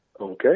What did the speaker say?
Okay